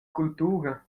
cultura